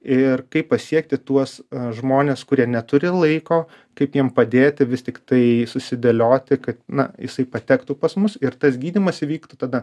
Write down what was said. ir kaip pasiekti tuos žmones kurie neturi laiko kaip jiem padėti vis tiktai susidėlioti kad na jisai patektų pas mus ir tas gydymas įvyktų tada